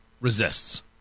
resists